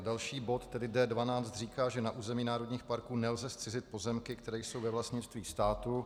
Další bod, tedy D12, říká, že na území národních parků nelze zcizit pozemky, které jsou ve vlastnictví státu.